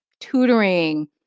Tutoring